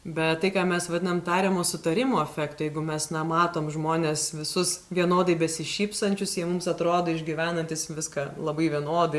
bet tai ką mes vadinam tariamo sutarimo efektu jeigu mes na matom žmones visus vienodai besišypsančius jie mums atrodo išgyvenantys viską labai vienodai